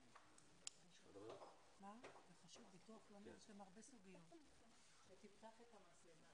הדבר הזה הרבה פעמים מייצר חובות סרק לאותם החיילים שמצטברים